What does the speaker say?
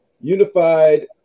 Unified